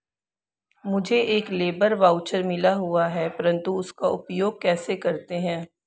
मुझे एक labour voucher मिला हुआ है परंतु उसका उपयोग कैसे करते हैं?